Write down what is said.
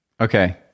Okay